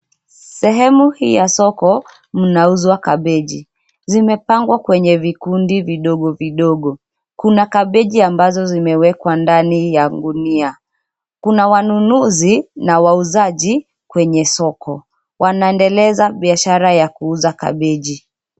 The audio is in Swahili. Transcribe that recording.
Sehemu hii ya soko, mnauzwa kabeji. Zimepangwa kwenye vikundi vidogo vidogo. Kuna kabeji ambazo zimewekwa ndani ya gunia. Kuna wanunuzi na wauzaji kwenye soko. Wanaendeleza biashara ya kuuza kabeji.